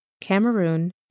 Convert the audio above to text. Cameroon